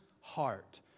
heart